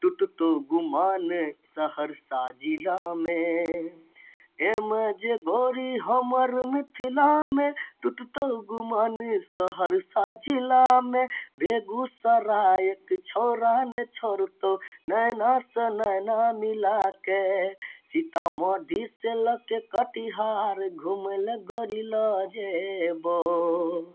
टूटतौ गुमान सहरसा जिलामे एमे जे गोरी हमर मिथिलामे टूटतौ गुमान सहरसा जिलामे बेगूसरायक छौड़ा ने छोड़तौ नैनासँ नैना मिलाके सीतामढ़ीसँ लऽके कटिहार घुमै लऽ गोरी लऽ जेबौ